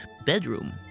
bedroom